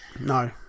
No